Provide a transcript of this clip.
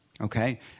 okay